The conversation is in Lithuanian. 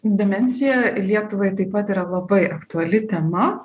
demensija lietuvai taip pat yra labai aktuali tema